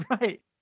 Right